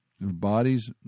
bodies